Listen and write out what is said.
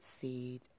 seed